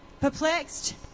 Perplexed